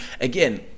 Again